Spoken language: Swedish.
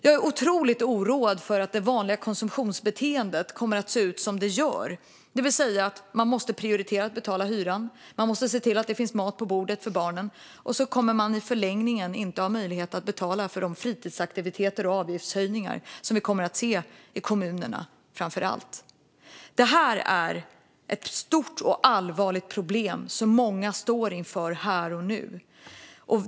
Jag är otroligt orolig för att det vanliga konsumtionsbeteendet kommer att se ut som det gör, det vill säga att man måste prioritera att betala hyran, att man måste se till att det finns mat på bordet för barnen och att man i förlängningen inte kommer att ha möjlighet att betala för de fritidsaktiviteter och avgiftshöjningar som vi kommer att se i framför allt kommunerna. Detta är ett stort och allvarligt problem som många står inför här och nu.